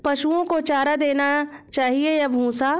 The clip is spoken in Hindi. पशुओं को चारा देना चाहिए या भूसा?